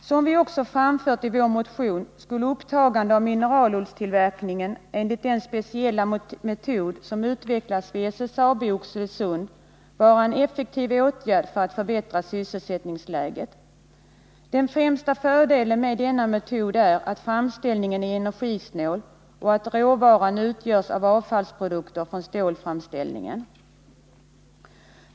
Som vi också framfört i vår motion skulle upptagande av mineralullstillverkning enligt den speciella metod som utvecklats vid SSAB i Oxelösund vara en effektiv åtgärd för att förbättra sysselsättningsläget. Den främsta fördelen med denna metod är att framställningen är energisnål och att råvaran utgörs av avfallsprodukter från stålframställningen.